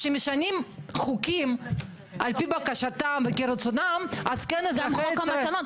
כשמשנים חוקים על פי בקשתם ורצונם אז כן --- גם חוק המתנות,